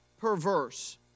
perverse